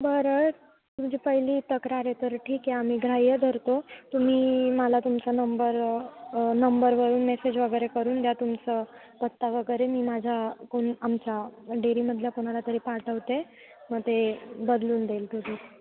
बरं तुमची पहिली तक्रार आहे तर ठीक आहे आम्ही ग्राह्य धरतो तुम्ही मला तुमचा नंबर नंबरवरून मेसेज वगैरे करून द्या तुमचं पत्ता वगैरे मी माझ्या कोण आमच्या डेअरीमधल्या कोणाला तरी पाठवते मग ते बदलून देईल तुझे